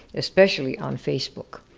especially on facebook.